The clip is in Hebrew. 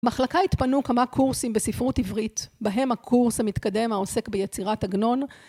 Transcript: מחלקה התפנו כמה קורסים בספרות עברית בהם הקורס המתקדם העוסק ביצירת עגנון.